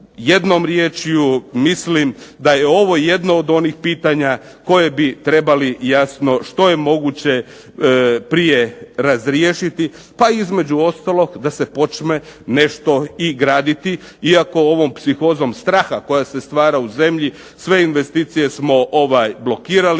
jednom riječju mislim da je ovo jedno od onih pitanja koje bi trebali jasno što je moguće prije razriješiti. Pa između ostalog da se počne nešto i graditi. Iako ovom psihozom straha koja se stvara u zemlji sve investicije smo blokirali,